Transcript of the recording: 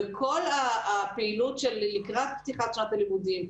בכל הפעילות של לקראת שנת הלימודים,